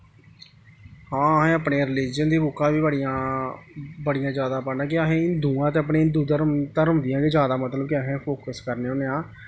हां असें अपने रलिज़न दियां बुक्कां बी बड़ियां बड़ियां जादा पढ़ने आं कि अस हिन्दू आं ते अपने हिन्दू धर्म धर्म दियां गै जादा मतलब कि अस फोक्स करने होन्ने आं